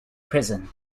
prison